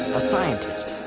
a scientist,